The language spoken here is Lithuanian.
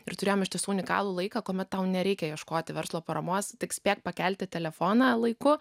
ir turėjome iš tiesų unikalų laiką kuomet tau nereikia ieškoti verslo paramos tik spėk pakelti telefoną laiku